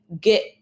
get